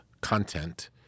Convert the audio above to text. content